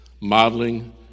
modeling